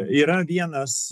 yra vienas